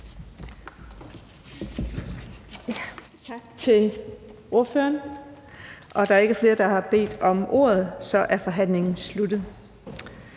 Tak til ordføreren. Da der ikke er flere, der har bedt om ordet, er forhandlingen sluttet.